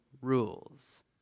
rules